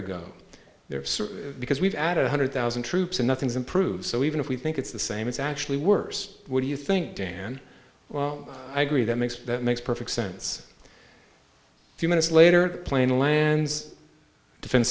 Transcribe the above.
certain because we've added a hundred thousand troops and nothing's improved so even if we think it's the same it's actually worse what do you think dan well i agree that makes that makes perfect sense a few minutes later a plane lands defen